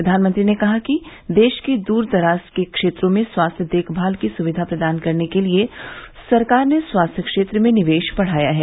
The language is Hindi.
प्रधानमंत्री ने कहा कि देश के दूर दराज के क्षेत्रों में स्वास्थ्य देखभाल की सुविधा प्रदान करने के लिए सरकार ने स्वास्थ्य क्षेत्र में निवेश बढाया है